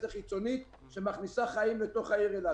כך חיצונית שמכניסה חיים לתוך העיר אילת.